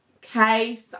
case